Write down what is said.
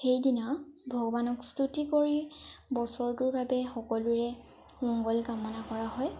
সেইদিনা ভগৱানক স্তুতি কৰি বছৰটোৰ বাবে সকলোৰে মংগল কামনা কৰা হয়